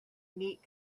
neat